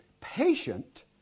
patient